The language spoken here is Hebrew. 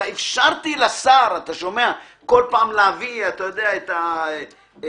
אלא אפשרתי לשר בכל פעם להביא את הדברים,